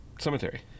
cemetery